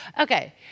Okay